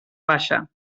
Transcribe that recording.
baixa